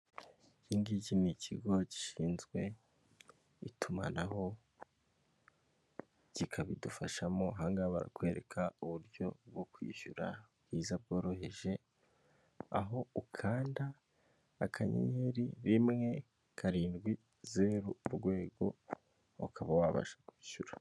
Ikingiki ni ikigo gishinzwe itumanaho kikabidufashamo, ahangaha barakwereka uburyo bwo kwishyura bwiza bworoheje aho ukanda akanyenyeri rimwe karindwi zeru urwego ukaba wabasha kwishyura.